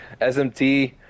SMT